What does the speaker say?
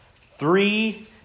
three